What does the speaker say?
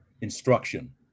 instruction